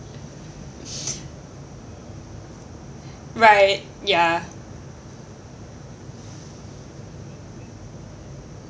right ya